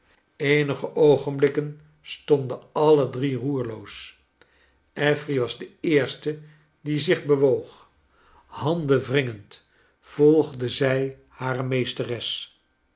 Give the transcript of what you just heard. eenige oogenblikken stonden alle drie roerloos affery was de eerste die zich bewoog handenwringend volgde zij hare meesteres